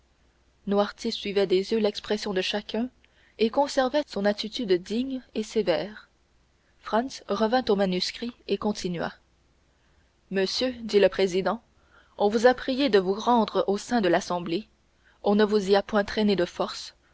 noirtier suivait des yeux l'expression de chacun et conservait son attitude digne et sévère franz revint au manuscrit et continua monsieur dit le président on vous a prié de vous rendre au sein de l'assemblée on ne vous y a point traîné de force